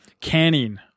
Canning